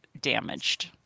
damaged